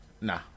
nah